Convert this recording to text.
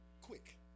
Quick